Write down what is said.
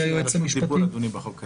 אני מבקש רשות דיבור בחוק הזה.